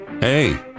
Hey